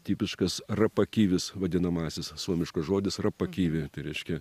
tipiškas rapakivis vadinamasis suomiškas žodis rapakivi tai reiškia